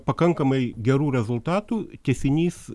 pakankamai gerų rezultatų tęsinys